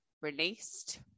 released